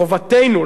חובתנו,